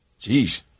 Jeez